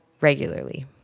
regularly